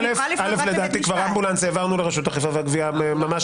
לדעתי לגבי אמבולנס העברנו לרשות האכיפה והגבייה ממש